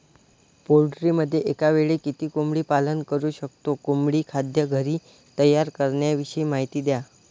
पोल्ट्रीमध्ये एकावेळी किती कोंबडी पालन करु शकतो? कोंबडी खाद्य घरी तयार करण्याविषयी माहिती द्या